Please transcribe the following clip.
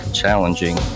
challenging